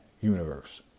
universe